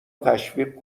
تشویق